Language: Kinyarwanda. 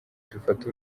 dufate